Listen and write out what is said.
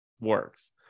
works